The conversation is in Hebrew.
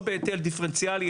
או בהיטל דיפרנציאלי,